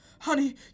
Honey